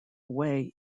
away